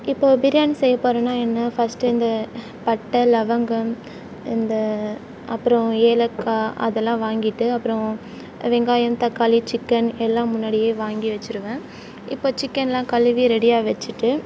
இப்போது பிரியாணி செய்யப்போகிறேனா என்ன ஃபஸ்ட் இந்த பட்டை லவங்கம் இந்த அப்புறோம் ஏலக்காய் அதெல்லாம் வாங்கிட்டு அப்புறோம் வெங்காயம் தக்காளி சிக்கன் எல்லாம் முன்னாடியே வாங்கி வெச்சுருவேன் இப்போது சிக்கனெலாம் கழுவி ரெடியாக வெச்சுட்டு